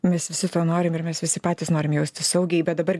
mes visi to norim ir mes visi patys norim jaustis saugiai bet dabar